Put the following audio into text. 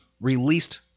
released